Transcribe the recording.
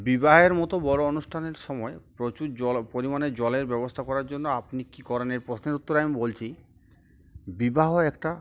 বিবাহের মতো বড়ো অনুষ্ঠানের সময় প্রচুর জল পরিমাণে জলের ব্যবস্থা করার জন্য আপনি কী করেন এর প্রশ্নের উত্তরে আমি বলছি বিবাহ একটা